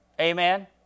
Amen